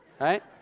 right